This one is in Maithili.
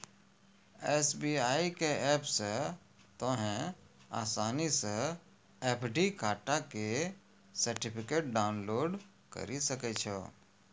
एस.बी.आई के ऐप से तोंहें असानी से एफ.डी खाता के सर्टिफिकेट डाउनलोड करि सकै छो